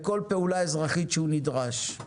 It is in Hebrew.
לכל פעולה אזרחית שהוא נדרש.